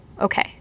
Okay